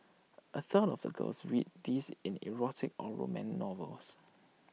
A third of the girls read these in erotic or romance novels